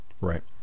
Right